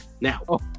now